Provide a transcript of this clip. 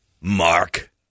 Mark